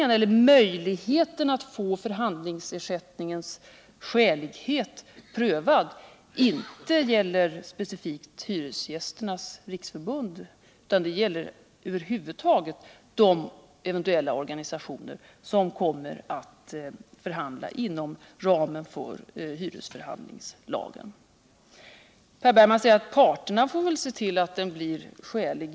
Möjligheterna att få förhandlingsersättningens skälighet prövad gäller inte specifikt Hyresgästernas riksförbund utan gäller över huvud taget de Organisationer som kommer att förhandla inom ramen för hyresförhandlingslagen. Per Bergman säger att parterna får se till att ersättningen blir skälig.